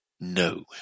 No